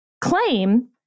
claim